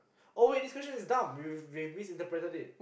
oh wait this question is dumb we've we've misinterpreted it